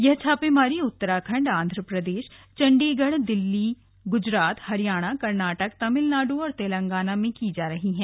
यह छापेमारी उत्तराखंड आन्ध प्रदेश चंडीगढ़ दिल्ली गुजरात हरियाणा कर्नाटक तमिलनाडु तेलंगाना और में की जा रही है